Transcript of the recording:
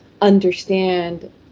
understand